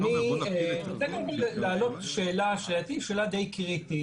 אני רוצה להעלות שאלה שלדעתי שאלה די קריטית,